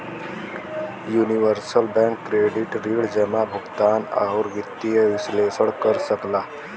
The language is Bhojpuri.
यूनिवर्सल बैंक क्रेडिट ऋण जमा, भुगतान, आउर वित्तीय विश्लेषण कर सकला